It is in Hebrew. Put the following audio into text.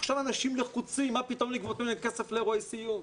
עכשיו אנשים לחוצים ומה פתאום לגבות מהם כסף לאירועי סיום?